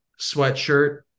sweatshirt